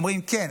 אומרים כן,